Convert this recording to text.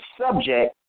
subject